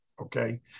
Okay